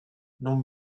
non